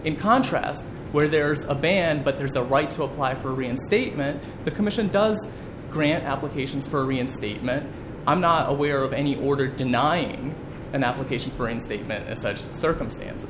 in contrast where there's a ban but there's a right to apply for reinstatement the commission does grant applications for reinstatement i'm not aware of any order denying an application for enslavement at such a circumstance